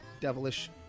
devilish